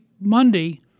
Monday